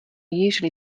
usually